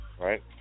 Right